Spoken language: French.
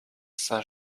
saint